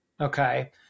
okay